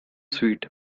sweet